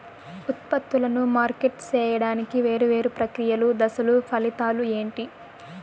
ఉత్పత్తులను మార్కెట్ సేయడానికి వేరువేరు ప్రక్రియలు దశలు ఫలితాలు ఏంటి?